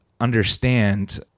understand